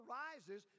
rises